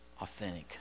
authentic